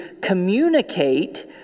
communicate